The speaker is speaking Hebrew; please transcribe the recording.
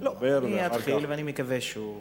לדבר, ואחר כך, אני אתחיל ואני מקווה שהוא יגיע.